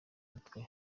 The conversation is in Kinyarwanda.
umutwe